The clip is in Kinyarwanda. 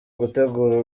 gutegura